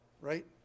right